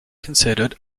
considered